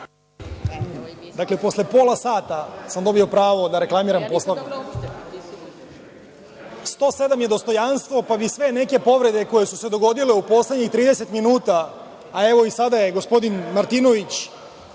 Dakle, posle pola sata sam dobio pravo da reklamiram Poslovnik. Član 107. je dostojanstvo, pa bih sve neke povrede koje su se dogodile u poslednjih 30 minuta…(Aleksandar Martinović: